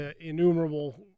innumerable